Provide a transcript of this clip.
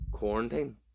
quarantine